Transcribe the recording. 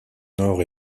nord